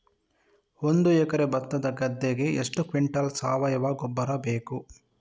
ಒಂದು ಎಕರೆ ಭತ್ತದ ಗದ್ದೆಗೆ ಎಷ್ಟು ಕ್ವಿಂಟಲ್ ಸಾವಯವ ಗೊಬ್ಬರ ಬೇಕು?